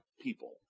people